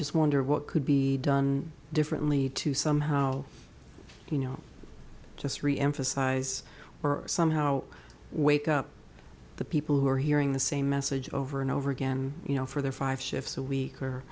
just wonder what could be done differently to somehow you know just reemphasize somehow wake up the people who are hearing the same message over and over again you know for their five shifts a week or